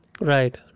Right